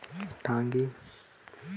गन्ना बार कोन सा खातु ठीक होही?